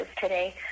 today